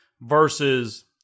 versus